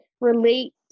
Relate